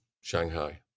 Shanghai